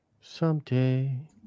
Someday